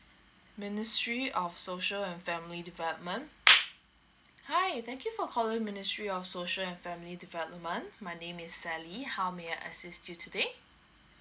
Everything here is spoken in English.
ministry of social and family development hi thank you for calling ministry of social and family development my name is sally how may I assist you today